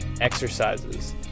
exercises